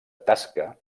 tasca